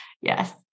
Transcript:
Yes